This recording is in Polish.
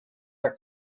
jak